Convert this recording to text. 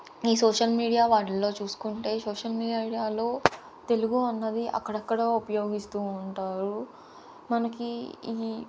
ఈ social media వాటిలో చూసుకుంటే సోషల్ మీడియాలో తెలుగు అన్నది అక్కడక్కడ ఉపయోగిస్తూ ఉంటారు మనకి ఈ